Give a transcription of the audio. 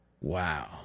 Wow